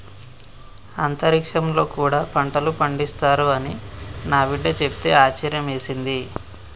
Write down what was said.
అంతరిక్షంలో కూడా పంటలు పండిస్తారు అని నా బిడ్డ చెప్తే ఆశ్యర్యమేసింది